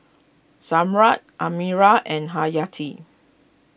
Zamrud Amirul and Haryati